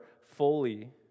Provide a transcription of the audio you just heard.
fully